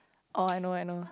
oh I know I know